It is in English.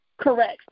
Correct